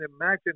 imagine